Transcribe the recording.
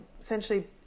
essentially